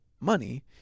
money